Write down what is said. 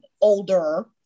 older